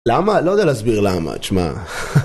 למה? לא יודע להסביר למה, תשמע.